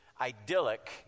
idyllic